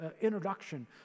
introduction